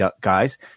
guys